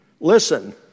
Listen